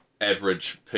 average